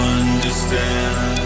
understand